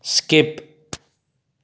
skip